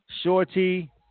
Shorty